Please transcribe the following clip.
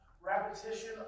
repetition